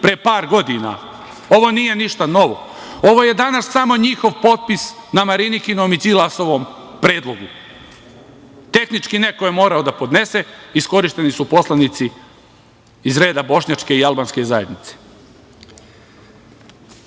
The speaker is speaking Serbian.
pre par godina. Ovo nije ništa novo. Ovo je danas samo njihov potpis na Marinikinom i Đilasovom predlogu. Tehnički neko je morao da podnese, iskorišćeni su poslanici iz reda bošnjačke i albanske zajednice.